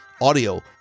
audio